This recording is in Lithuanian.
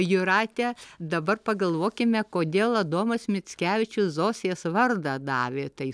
jūrate dabar pagalvokime kodėl adomas mickevičius zosės vardą davė tai